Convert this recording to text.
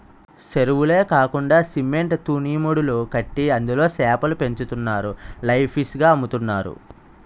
సెరువులే కాకండా సిమెంట్ తూనీమడులు కట్టి అందులో సేపలు పెంచుతారు లైవ్ ఫిష్ గ అమ్ముతారు